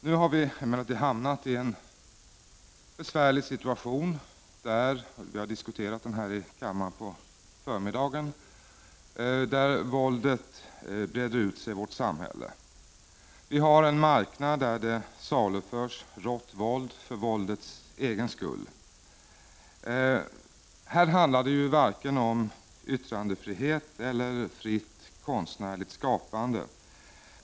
Nu har vi emellertid hamnat i en besvärlig situation — vi har diskuterat den här i kammaren på förmiddagen — där våldet breder ut sig i vårt samhälle. Vi har en marknad där det saluförs rått våld för våldets egen skull. Här handlar det varken om yttrandefrihet eller fritt konstnärligt skapande.